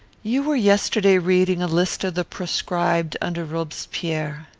you were yesterday reading a list of the proscribed under robespierre.